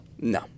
no